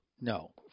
no